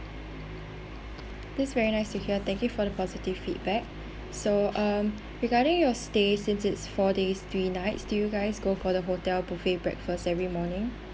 that's very nice to hear thank you for the positive feedback so um regarding your stay since it's four days three nights do you guys go for the hotel buffet breakfast every morning